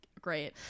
great